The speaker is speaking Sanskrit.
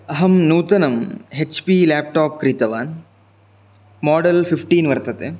अहं नूतनम् हेच् पी लेप्टाप् क्रीतवान् माडल् फ़िफ़्टीन् वर्तते